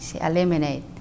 eliminate